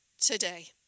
today